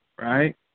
right